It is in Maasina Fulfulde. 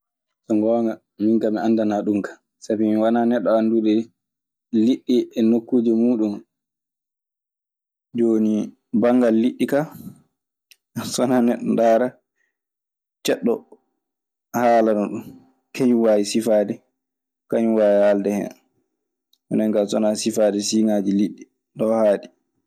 So ngoonga, minkaa mi anndanaa ɗum kaa, sabi mi wana neɗɗo annduɗo ndi linndi e nokkuuje muuɗum. Ɗun woni banngal liɗɗi kaa, so wanaa neɗɗo ndaara Ceɗɗo, haalana ɗun. Kañun waawi sifaade. Kañun waawi haalde hen. Minen kaa so wanaa sifaade siiŋaaji liɗɗi. Ɗon haaɗi.